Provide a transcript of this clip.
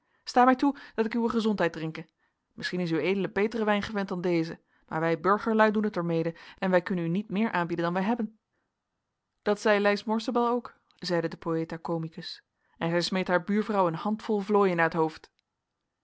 sta mij toe dat ik uwe gezondheid drinke misschien is ued beteren wijn gewend dan deze maar wij burgerlui doen het ermede en wij kunnen u niet meer aanbieden dan wij hebben dat zei lys morsebel ook zeide de poëta comicus en zij smeet haar buurvrouw een handvol vlooien naar t hoofd